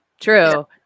True